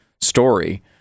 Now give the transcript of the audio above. story